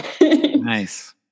nice